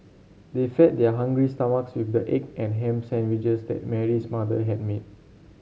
they fed their hungry stomachs with the egg and ham sandwiches that Mary's mother had made